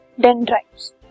dendrites